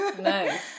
Nice